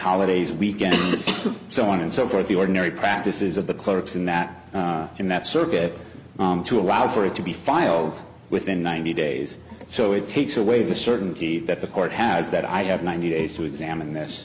holidays weekends so on and so forth the ordinary practices of the clerks in that in that circuit to allow for it to be filed within ninety days so it takes away the certainty that the court has that i have ninety days to examine this